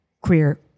queer